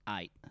eight